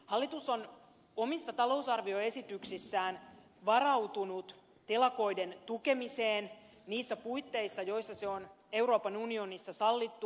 hallitus on omissa talousarvioesityksissään varautunut telakoiden tukemiseen niissä puitteissa joissa se on euroopan unionissa sallittua